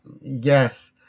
Yes